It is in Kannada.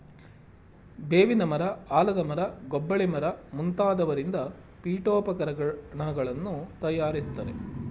ಬೇವಿನ ಮರ, ಆಲದ ಮರ, ಗೊಬ್ಬಳಿ ಮರ ಮುಂತಾದವರಿಂದ ಪೀಠೋಪಕರಣಗಳನ್ನು ತಯಾರಿಸ್ತರೆ